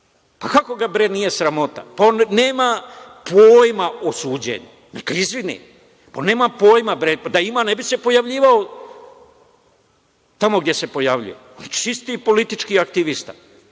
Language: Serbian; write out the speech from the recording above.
Kako ga bre nije sramota. On nema pojma o suđenju, neka izvine, on nema pojma. Da ima, ne bi se pojavljivao tamo gde se pojavljuje. Čisti politički aktivista. Dakle,